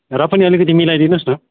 र पनि अलिकति मिलाइदिनुहोस न